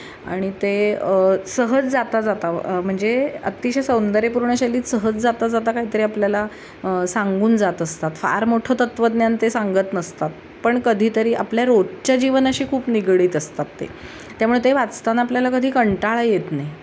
आणि ते सहज जाता जाता म्हणजे अतिशय सौंदर्यपूर्ण शैलीत सहज जाता जाता काहीतरी आपल्याला सांगून जात असतात फार मोठं तत्वज्ञान ते सांगत नसतात पण कधीतरी आपल्या रोजच्या जीवनाशी खूप निगडीत असतात ते त्यामुळे ते वाचताना आपल्याला कधी कंटाळा येत नाही